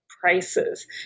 prices